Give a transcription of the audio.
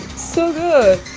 so good!